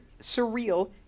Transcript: surreal